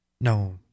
No